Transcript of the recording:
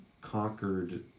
conquered